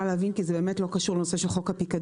כי זה לא באמת קשור לנושא של חוק הפיקדון.